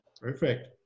Perfect